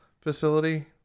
facility